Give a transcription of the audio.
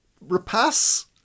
repass